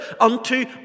unto